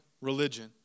religion